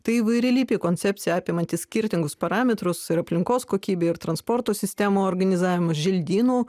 tai įvairialypė koncepcija apimanti skirtingus parametrus ir aplinkos kokybę ir transporto sistemų organizavimą želdynų